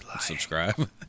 subscribe